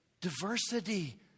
Diversity